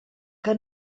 que